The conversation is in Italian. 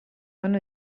anno